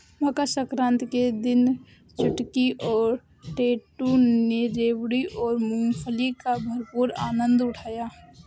मकर सक्रांति के दिन चुटकी और टैटू ने रेवड़ी और मूंगफली का भरपूर आनंद उठाया